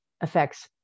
affects